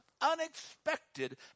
unexpected